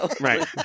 Right